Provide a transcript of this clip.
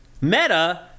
meta